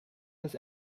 this